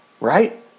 Right